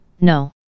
No